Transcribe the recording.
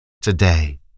today